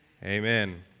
Amen